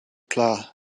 klar